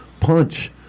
punch